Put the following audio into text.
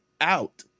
out